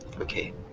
okay